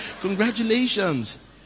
Congratulations